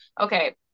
Okay